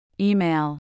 Email